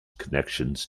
connections